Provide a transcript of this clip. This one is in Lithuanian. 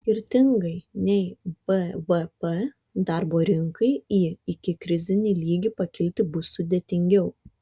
skirtingai nei bvp darbo rinkai į ikikrizinį lygį pakilti bus sudėtingiau